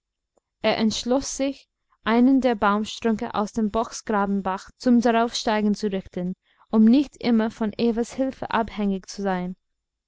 er entschloß sich einen der baumstrünke aus dem bocksgrabenbach zum daraufsteigen zu richten um nicht immer von evas hilfe abhängig zu sein